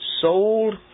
sold